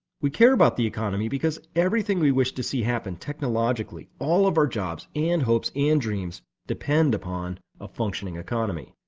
we care about the economy because everything we wish to see happen technologically. all of our jobs and hopes and dreams depend on a functioning economy.